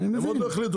כי הם עוד לא החליטו.